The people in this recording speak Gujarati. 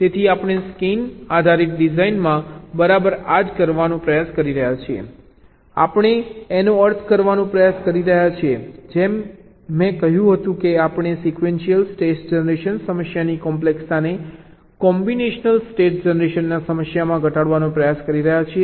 તેથી આપણે સ્કેન આધારિત ડિઝાઇનમાં બરાબર આ જ કરવાનો પ્રયાસ કરી રહ્યા છીએ આપણે એનો અર્થ કરવાનો પ્રયાસ કરી રહ્યા છીએ જેમ મેં કહ્યું કે આપણે સિક્વેન્શિયલ ટેસ્ટ જનરેશન સમસ્યાની કોમ્પ્લેક્સતાને કોમ્બિનેશનલ ટેસ્ટ જનરેશન સમસ્યામાં ઘટાડવાનો પ્રયાસ કરી રહ્યા છીએ